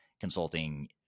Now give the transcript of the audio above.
consulting